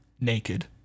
naked